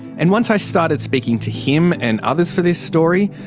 and once i started speaking to him and others for this story,